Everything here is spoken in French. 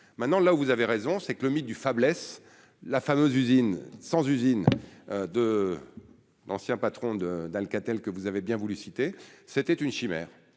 maintenant là où vous avez raison, c'est que le mythe du faiblesse, la fameuse usine sans usine de l'ancien patron de d'Alcatel, que vous avez bien voulu citer, c'était une chimère